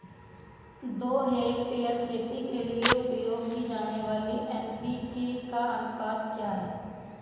दो हेक्टेयर खेती के लिए उपयोग की जाने वाली एन.पी.के का अनुपात क्या है?